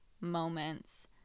moments